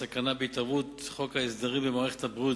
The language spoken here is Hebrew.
הסכנה בהתערבות חוק ההסדרים במערכת הבריאות,